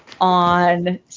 on